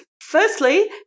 Firstly